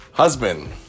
husband